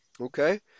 Okay